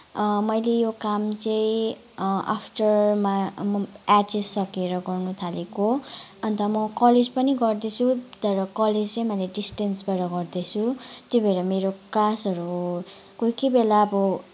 मैले यो काम चाहिँ आफ्टर मा एचएस सकिएर गर्नुथालेको अन्त म कलेज पनि गर्दैछु तर कलेज चाहिँ मैले डिस्टेन्सबाट गर्दैछु त्यही भएर मेरो क्लासहरू कोही कोही बेला अब